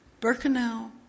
Birkenau